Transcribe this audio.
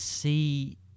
See